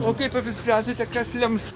o kaip apsispręsite kas lems